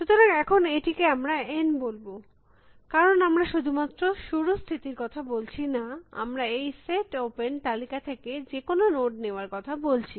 সুতরাং এখন এটিকে আমরা N বলব কারণ আমরা শুধুমাত্র শুরুর স্থিতির কথা বলছি না আমরা এই সেট ওপেন তালিকা থেকে যেকোনো নোড নেওয়ার কথা বলছি